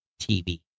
TV